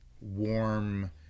warm